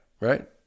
right